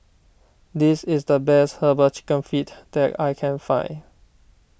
this is the best Herbal Chicken Feet that I can find